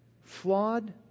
Flawed